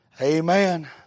amen